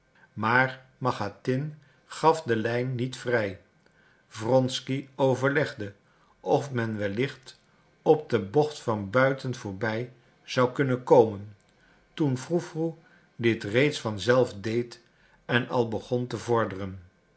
maar machatin gaf de lijn niet vrij wronsky overlegde of men wellicht op de bocht van buiten voorbij zou kunnen komen toen froe froe dit reeds van zelf deed en al begon te vorderen